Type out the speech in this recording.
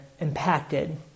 impacted